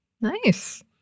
Nice